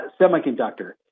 Semiconductor